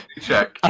check